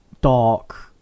dark